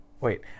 Wait